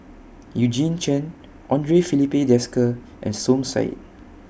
Eugene Chen Andre Filipe Desker and Som Said